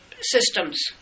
systems